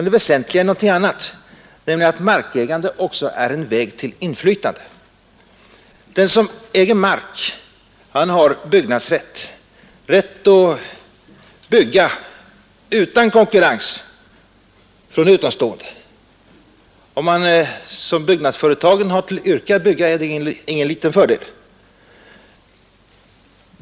Det väsentliga är att markägande också är en väg till inflytande. Den som äger mark har byggnadsrätt — rätt att bygga utan konkurrens från utomstående. Om man, som byggnadsföretagen, har till yrke att bygga är det ingen liten fördel.